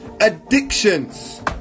addictions